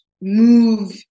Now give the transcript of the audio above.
move